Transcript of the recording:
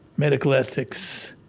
medical ethics.